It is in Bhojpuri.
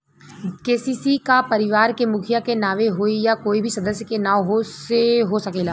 के.सी.सी का परिवार के मुखिया के नावे होई या कोई भी सदस्य के नाव से हो सकेला?